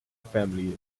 family